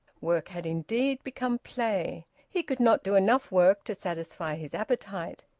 work had indeed become play. he could not do enough work to satisfy his appetite.